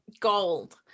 Gold